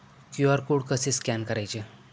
QR code कसे scan करायचे?